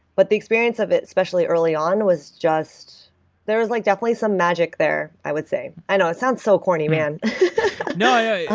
but the experience of it, especially early on was just there was like definitely some magic there, i would say. i know, it sounds so corny man no, yeah